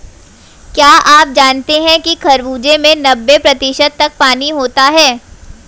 क्या आप जानते हैं कि खरबूजे में नब्बे प्रतिशत तक पानी होता है